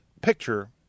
picture